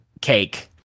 cake